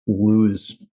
Lose